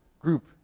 group